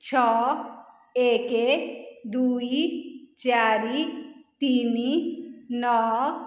ଛଅ ଏକ ଦୁଇ ଚାରି ତିନି ନଅ